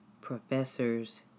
professors